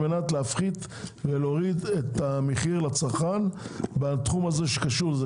מנת להוריד את המחיר לצרכן בתחום שקשור לזה.